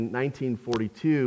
1942